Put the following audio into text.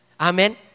Amen